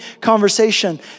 conversation